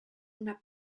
una